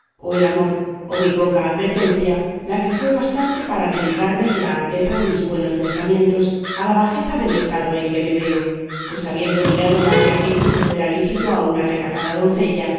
o el amor o mi poca advertencia la que fue bastante para derribarme de la alteza de mis buenos pensamientos a la bajeza del estado en que me veo pues habiendo mirado más de aquello que fuera lícito a una recatada doncella